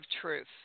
truth